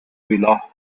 villa